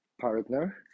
partner